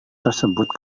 tersebut